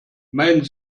meinen